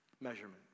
measurement